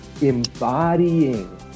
embodying